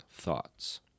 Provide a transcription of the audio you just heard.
thoughts